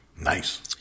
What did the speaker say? nice